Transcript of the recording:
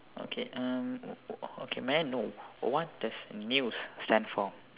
okay uh okay may I know what does news stand for